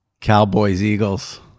Cowboys-Eagles